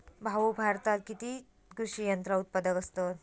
भाऊ, भारतात किती कृषी यंत्रा उत्पादक असतत